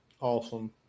Awesome